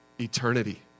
eternity